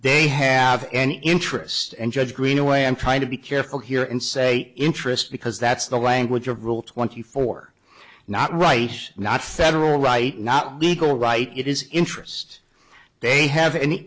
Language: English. they have an interest and judge greenaway i'm trying to be careful here and say interest because that's the language of rule twenty four not right not federal right not beagle right it is interest they have any